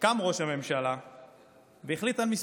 עם ראש ממשלה שנבחר,